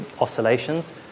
oscillations